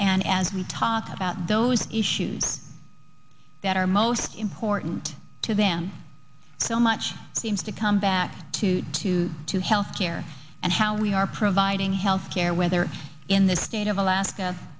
and as we talk about those issues that are most important to them so much seems to come back to to to health care and how we are providing health care whether in the state of alaska